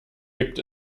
gibt